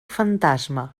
fantasma